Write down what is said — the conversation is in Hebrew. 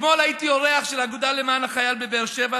אתמול הייתי אורח של האגודה למען החייל בבאר שבע.